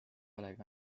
olegi